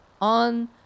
on